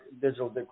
digital